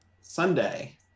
Sunday